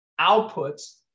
outputs